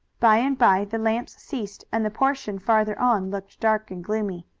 by and by the lamps ceased and the portion farther on looked dark and gloomy.